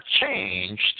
changed